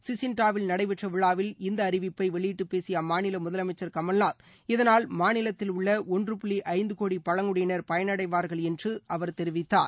சிசின்ட்ாடாவில் நடைபெற்ற விழாவில் இந்த அறிவிப்பை வெளியிட்டுப் பேசிய அம்மாநில முதலமைச்சர் கமல்நாத் இதனால் மாநிலத்தில் உள்ள ஒன்று புள்ளி இந்து கோடி பழங்குடியினர் பயனடைவார்கள் என்று அவர் தெரிவித்தார்